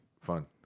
fun